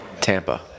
Tampa